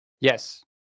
Yes